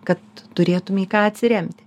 kad turėtum į ką atsiremti